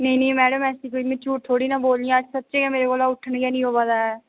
नेईं नेईं मैडम ऐसी कोई नीं में झूठ थोह्ड़ी ना बोलनी अज्ज सच्चें गै मेरे कोलां उट्ठन गै नीं होआ दा ऐ